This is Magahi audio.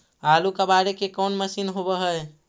आलू कबाड़े के कोन मशिन होब है?